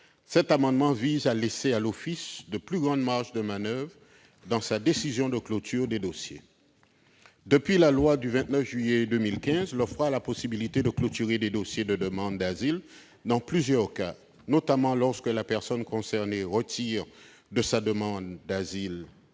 cet amendement vise à laisser à l'Office de plus grandes marges de manoeuvre dans sa décision de clôture des dossiers. Depuis la loi du 29 juillet 2015, l'OFPRA a la possibilité de clôturer des dossiers de demande d'asile dans plusieurs cas, notamment lorsque la personne concernée retire sa demande d'asile,